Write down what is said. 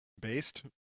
Based